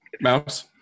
Mouse